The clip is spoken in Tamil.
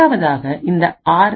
முதலாவதுஇந்த ஆர்